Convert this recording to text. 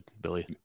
Billy